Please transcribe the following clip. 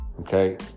Okay